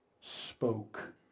spoke